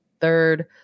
third